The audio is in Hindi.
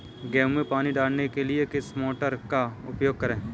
गेहूँ में पानी डालने के लिए किस मोटर का उपयोग करें?